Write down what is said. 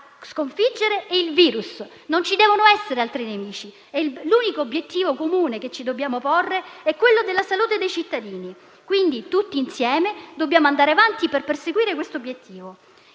sconfiggere è il virus; non ci devono essere altri nemici. L'unico obiettivo comune che ci dobbiamo porre è la tutela della salute dei cittadini. Tutti insieme, quindi, dobbiamo andare avanti per perseguire tale obiettivo.